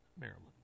Maryland